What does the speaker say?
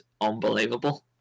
unbelievable